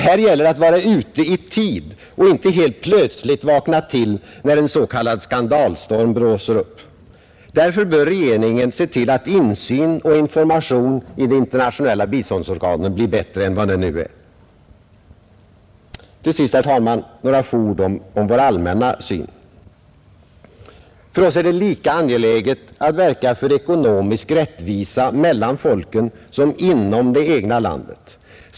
Här gäller det att vara ute i tid och inte helt plötsligt vakna till, när en s.k. skandalstorm blåser upp. Därför bör regeringen se till att insynen i och informationen om de internationella biståndsorganen blir bättre än för närvarande. Till sist, herr talman, några få ord om vår allmänna syn. För oss är det lika angeläget att verka för ekonomisk rättvisa mellan folken som inom det egna landet.